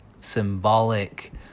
symbolic